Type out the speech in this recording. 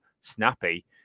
Snappy